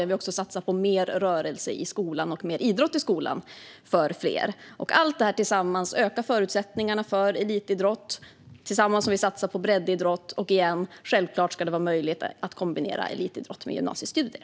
Vi har också satsat på mer rörelse och idrott i skolan för fler. Allt detta tillsammans med satsningen på breddidrott ökar förutsättningarna för elitidrott. Och självklart, igen, ska det vara möjligt att kombinera elitidrott med gymnasiestudier.